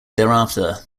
thereafter